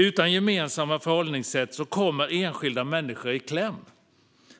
Utan gemensamma förhållningssätt kommer enskilda människor i kläm,